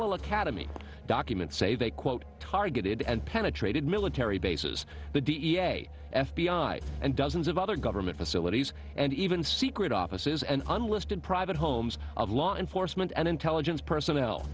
ule academy documents say they quote targeted and penetrated military bases the d n a f b i and dozens of other government facilities and even secret offices and unlisted private homes of law enforcement and intelligence personnel